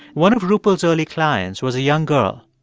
one of rupal's early clients was a young girl,